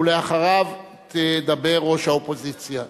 ולאחריו תדבר ראש האופוזיציה.